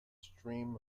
stream